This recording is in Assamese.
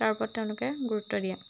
তাৰ ওপৰত তেওঁলোকে গুৰুত্ব দিয়ে